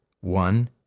One